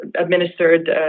administered